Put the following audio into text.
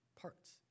parts